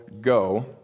go